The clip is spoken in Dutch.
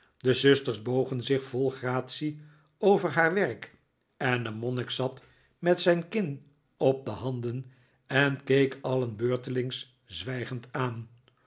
de zusters bogen zich vol gratie over haar werk en de monnik zat met zijn kin op zijn handen en keek alien beurtelings zwijgend aan